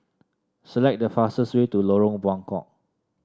select the fastest way to Lorong Buangkok